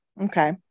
Okay